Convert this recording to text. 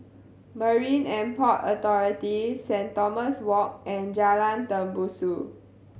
Marine And Port Authority Saint Thomas Walk and Jalan Tembusu